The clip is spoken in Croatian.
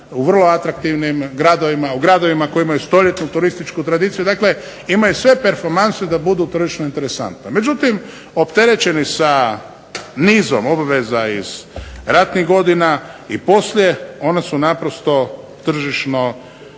u vrlo atraktivnim gradovima, u gradovima koji imaju stoljetnu turističku tradiciju. Dakle, imaju sve performanse da budu turistički interesantne. Međutim, opterećeni sa nizom obveza iz ratnih godina i poslije one su naprosto tržišno neinteresantna.